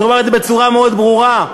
זאת אומרת, בצורה מאוד ברורה.